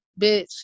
bitch